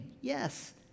Yes